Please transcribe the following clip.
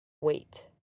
wait